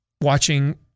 watching